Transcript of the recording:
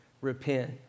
repent